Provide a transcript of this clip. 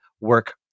work